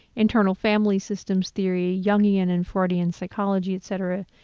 internal family systems theory, jungian and freudian psychology etc.